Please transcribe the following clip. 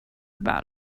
about